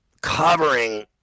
covering